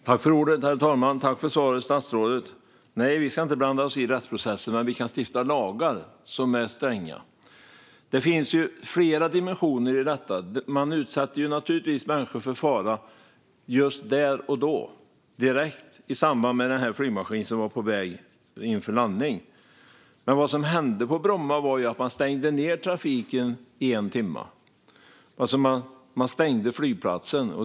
Herr talman! Tack för svaret, statsrådet! Nej, vi ska inte blanda oss i rättsprocesserna. Men vi kan stifta lagar som är stränga. Det finns flera dimensioner i detta. Människor utsattes naturligtvis för fara just där och då, direkt, i samband med den flygmaskin som var på väg in för landning. Men vad som hände på Bromma var ju att man stängde ned trafiken i en timme. Man stängde flygplatsen.